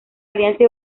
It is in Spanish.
alianza